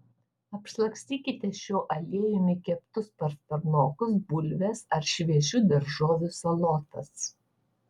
apšlakstykite šiuo aliejumi keptus pastarnokus bulves ar šviežių daržovių salotas